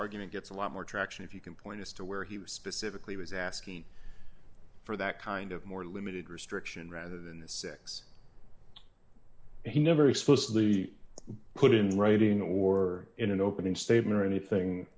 argument gets a lot more traction if you can point us to where he was specifically was asking for that kind of more limited restriction rather than the six he never explicitly put in writing or in an opening statement or anything